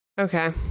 Okay